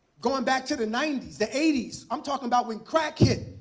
going back to the ninety s, the eighty s. i'm talking about when crack hit.